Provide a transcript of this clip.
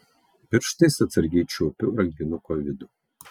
pirštais atsargiai čiuopiu rankinuko vidų